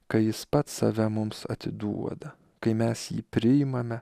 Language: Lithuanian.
kai jis pats save mums atiduoda kai mes jį priimame